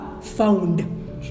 found